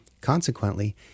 Consequently